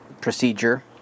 procedure